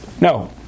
No